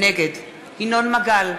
נגד ינון מגל,